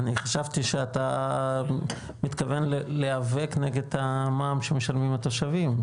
אני חשבתי שאתה מתכוון להיאבק נגד המע"מ שמשלמים התושבים.